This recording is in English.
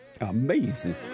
Amazing